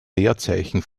leerzeichen